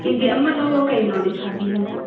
ꯀꯦꯖꯤ ꯑꯃ ꯂꯧꯔꯣ ꯀꯩꯅꯣ ꯂꯩꯁꯥꯕꯤꯅꯕꯨ